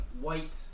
white